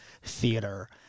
theater